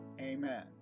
Amen